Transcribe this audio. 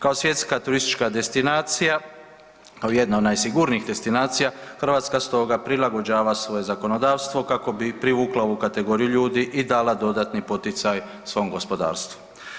Kao svjetska turistička destinacija, kao jedna od najsigurnijih destinacija Hrvatska stoga prilagođava svoje zakonodavstvo kako bi privukla ovu kategoriju ljudi i dala dodatni poticaj svom gospodarstvu.